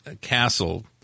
castle